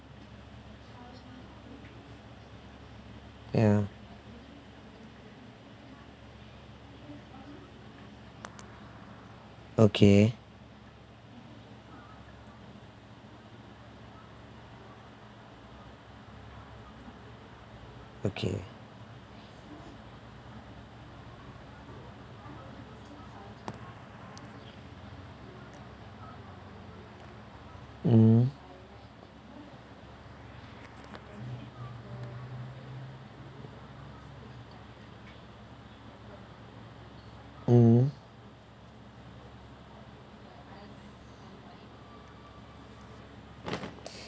ya okay okay mm